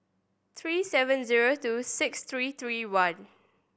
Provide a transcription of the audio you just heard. three seven zero two six three three one